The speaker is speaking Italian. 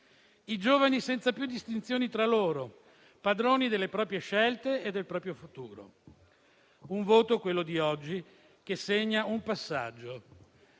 i giovani, senza più distinzioni tra loro, padroni delle proprie scelte e del proprio futuro. Il voto di oggi segna un passaggio